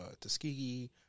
Tuskegee